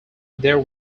there